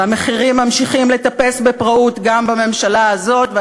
והמחירים ממשיכים לטפס בפראות גם בממשלה הזאת,